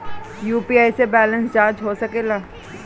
UPI से balance जाँच हो सके ला?